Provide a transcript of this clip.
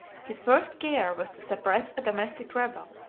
his first care was to suppress a domestic rebel,